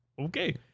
Okay